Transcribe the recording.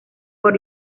por